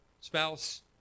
spouse